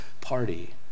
party